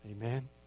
Amen